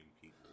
people